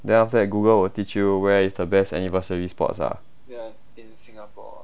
then after that google will teach you where is the best anniversary spots ah